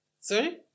Sorry